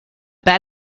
bad